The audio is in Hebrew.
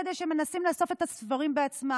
כדי שהם מנסים לאסוף את השברים בעצמם.